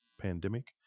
pandemic